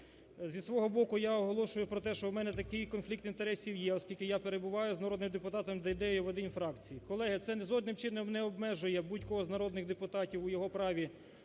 Зі свого боку, я оголошую про те, що в мене такий конфлікт інтересів є, оскільки я перебуваю з народним депутатом Дейдеєм в одній фракції. Колеги, це жодним чином не обмежує будь-кого з народних депутатів у його праві